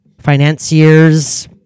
financiers